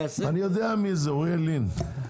אני יודע מי זה אוריאל לין.